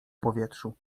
powietrzu